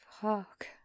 Fuck